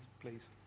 please